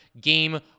game